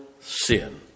sin